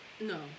no